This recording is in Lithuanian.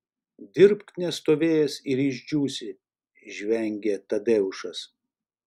dirbk nestovėjęs ir išdžiūsi žvengia tadeušas